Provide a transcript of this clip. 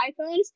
iPhones